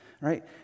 right